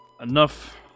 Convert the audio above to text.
Enough